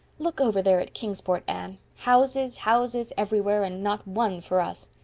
look over there at kingsport, anne houses, houses everywhere, and not one for us.